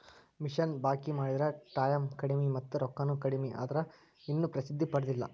ಮಿಷನ ಬಳಕಿ ಮಾಡಿದ್ರ ಟಾಯಮ್ ಕಡಮಿ ಮತ್ತ ರೊಕ್ಕಾನು ಕಡಮಿ ಆದ್ರ ಇನ್ನು ಪ್ರಸಿದ್ದಿ ಪಡದಿಲ್ಲಾ